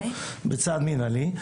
בצעד מינהלי.